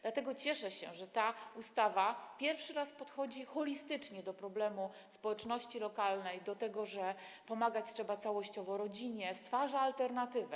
Dlatego cieszę się, że ta ustawa pierwszy raz podchodzi holistycznie do problemu społeczności lokalnej, do tego, że pomagać trzeba całościowo rodzinie, stwarza alternatywę.